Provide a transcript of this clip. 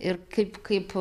ir kaip kaip